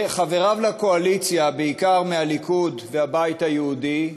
חבריו לקואליציה, בעיקר מהליכוד ומהבית היהודי,